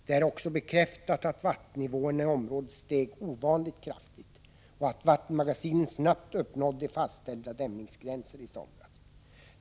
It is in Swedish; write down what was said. Det är också bekräftat att vattennivåerna i området steg ovanligt kraftigt och att vattenmagasinen snabbt uppnådde fastställda dämningsgränser i somras.